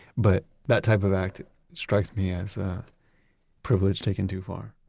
but that type of act strikes me as privilege taken too far